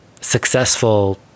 successful